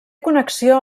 connexió